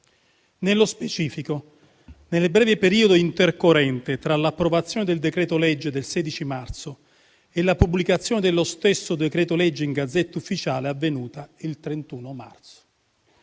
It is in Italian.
Nello specifico, nel breve periodo intercorrente tra l'approvazione del decreto-legge del 16 marzo e la pubblicazione dello stesso decreto-legge in *Gazzetta Ufficiale*, è avvenuta il 31 marzo.